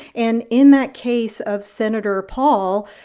and in that case of sen. paul,